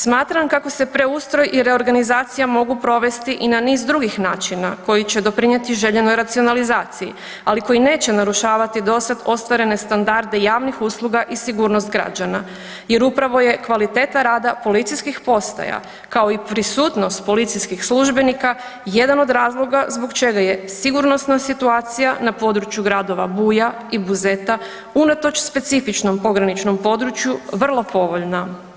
Smatram kako se preustroj i reorganizacija mogu provesti i na niz drugih načina koji će doprinijeti željenoj racionalizaciji ali koji neće narušavati dosad ostvarene standarde javnih usluga i sigurnost građana jer upravo je kvaliteta rada policijskih postaja kao i prisutnost policijskih službenika jedan od razloga zbog čega je sigurnosna situacija na području gradova Buja i Buzeta unatoč specifičnost pograničnom području vrlo povoljna.